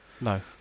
No